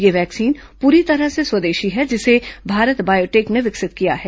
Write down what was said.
यह वैक्सीन पूरी तरह से स्वदेशी है जिसे भारत बायोटेक ने विकसित किया है